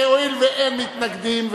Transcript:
הואיל ואין מתנגדים,